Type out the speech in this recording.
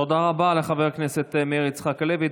תודה רבה לחבר הכנסת מאיר יצחק הלוי.